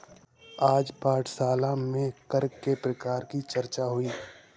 आज पाठशाला में कर के प्रकार की चर्चा हुई